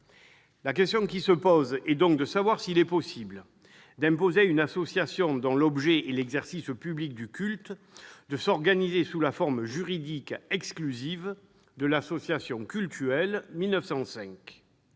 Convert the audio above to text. La question qui se pose est la suivante : est-il possible d'imposer à une association dont l'objet est l'exercice public du culte de s'organiser sous la forme juridique exclusive de l'association cultuelle